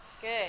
Good